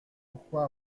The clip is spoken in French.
pourquoi